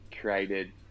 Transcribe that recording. created